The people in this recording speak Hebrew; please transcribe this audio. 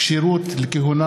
כשירות לכהונה